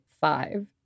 five